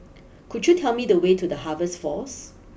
could you tell me the way to the Harvest Force